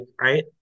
right